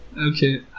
okay